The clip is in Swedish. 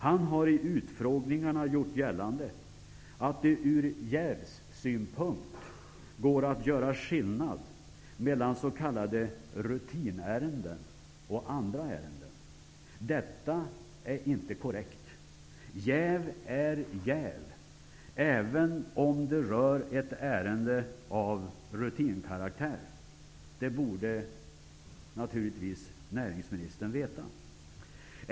Han har vid utfrågningarna gjort gällande att det ur jävssynpunkt går att göra skillnad mellan s.k. rutinärenden och andra ärenden. Detta är inte korrekt. Jäv är jäv, även om det rör ett ärende av rutinkaraktär. Det borde naturligtvis näringsministern veta.